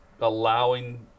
allowing